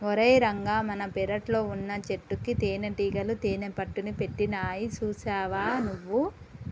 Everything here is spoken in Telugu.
ఓరై రంగ మన పెరట్లో వున్నచెట్టుకి తేనటీగలు తేనెపట్టుని పెట్టినాయి సూసావా నువ్వు